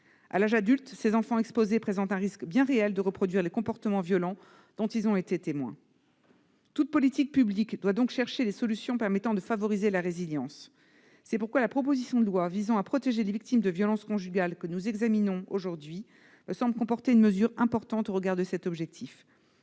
À l'âge adulte, ces enfants exposés présentent un risque bien réel de reproduire les comportements violents dont ils ont été les témoins. Toute politique publique doit donc rechercher les solutions permettant de favoriser la résilience. C'est pourquoi la proposition de loi visant à protéger les victimes de violences conjugales, que nous examinons aujourd'hui, me semble comporter une mesure importante au regard de cet objectif